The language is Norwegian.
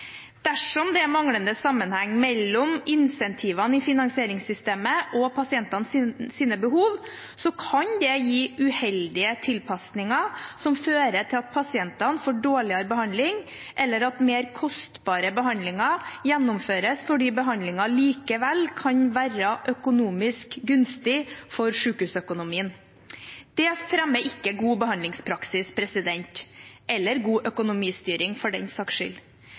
Dersom det er manglende sammenheng mellom incentivene i finansieringssystemet og pasientenes behov, kan det gi uheldige tilpasninger som fører til at pasientene får dårligere behandling, eller at mer kostbare behandlinger gjennomføres fordi behandlingen likevel kan være økonomisk gunstig for sykehusøkonomien. Det fremmer ikke god behandlingspraksis – eller god økonomistyring, for den saks skyld.